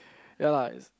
ya lah it's